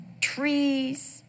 trees